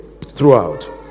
throughout